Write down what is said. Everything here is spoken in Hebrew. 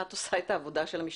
את עושה את העבודה של המשטרה.